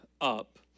up